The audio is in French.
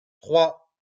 trois